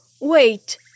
wait